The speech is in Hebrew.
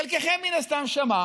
חלקכם, מן הסתם, שמע